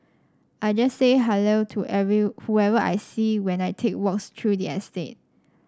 I just say hello to whoever I see when I take walks through the estate